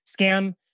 scam